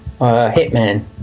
Hitman